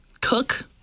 cook